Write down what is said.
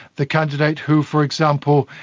the candidate who, for example,